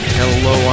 hello